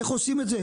איך עושים את זה?